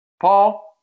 Paul